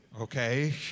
okay